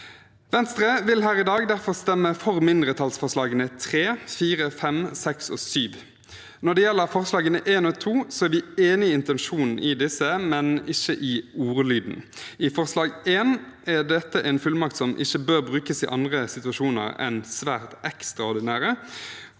Venstre vil derfor stemme for mindretallsforslagene nr. 3–7. Når det gjelder forslagene nr. 1 og 2, er vi enig i intensjonen i disse, men ikke i ordlyden. I forslag nr. 1 ligger det en fullmakt som ikke bør brukes i andre situasjoner enn svært ekstraordinære,